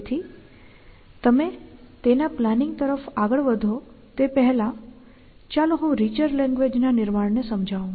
તેથી તમે તેના પ્લાનિંગ તરફ આગળ વધો તે પહેલાં ચાલો હું રીચર લેંગ્વેજ ના નિર્માણને સમજાવું